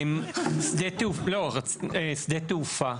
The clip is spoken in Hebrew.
שדה תעופה.